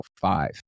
five